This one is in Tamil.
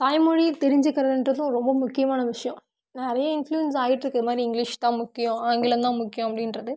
தாய் மொழி தெரிஞ்சிக்கிறன்தும் ரொம்ப முக்கியமான விஷயம் நான் நிறையா இன்ஃபுளுயன்ஸ் ஆகிட்டு இருக்குது இதுமாரி இங்கிலீஷ் தான் முக்கியம் ஆங்கிலம் தான் முக்கியம் அப்படின்றது